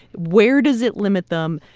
where does it limit them?